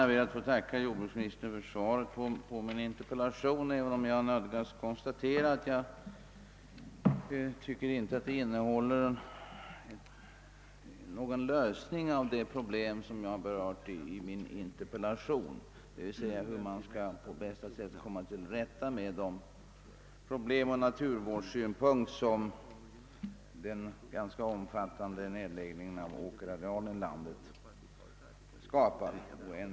Jag ber att få tacka jordbruksministern för svaret på min interpellation, även om jag nödgas konstatera att svaret enligt min mening inte innehåller någon lösning på det problem jag aktualiserat, alltså hur vi på bästa sätt skall komma till rätta med de olägenheter som den ganska omfattande nedläggningen av åkerarealen har skapat ur naturvårdssynpunkt.